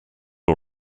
all